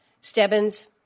Stebbins